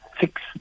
six